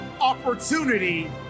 opportunity